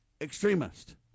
extremist